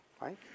Right